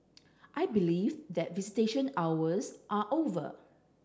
I believe that visitation hours are over